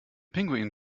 pinguin